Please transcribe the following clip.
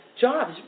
jobs